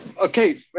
Okay